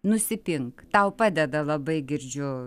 nusipink tau padeda labai girdžiu